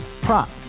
Prop